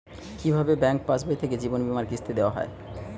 কি ভাবে ব্যাঙ্ক পাশবই থেকে জীবনবীমার কিস্তি দেওয়া হয়?